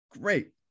Great